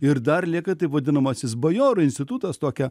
ir dar lieka taip vadinamasis bajorų institutas tokia